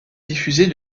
diffusée